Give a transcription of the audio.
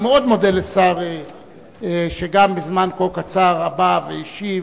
אני מאוד מודה לשר שגם בתוך זמן כה קצר בא והשיב,